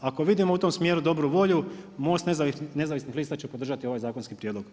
Ako vidimo u tom smjeru dobru volju, MOST Nazavisnih lista će podržati ovaj zakonski prijedlog.